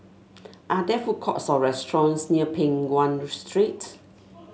are there food courts or restaurants near Peng Nguan Street